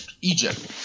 Egypt